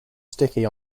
sticky